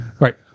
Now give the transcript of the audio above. Right